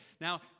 Now